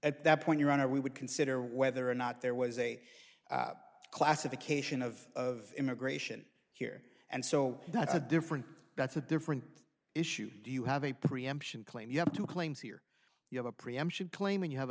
at that point your honor we would consider whether or not there was a classification of of immigration here and so that's a different that's a different issue do you have a preemption claim you have two claims here you have a preemption claim and you have